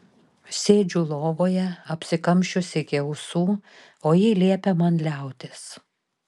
sėdžiu lovoje apsikamšiusi iki ausų o ji liepia man liautis